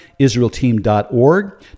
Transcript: IsraelTeam.org